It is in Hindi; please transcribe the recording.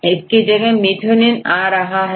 और इसकी जगह methionine आ रहा है